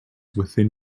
within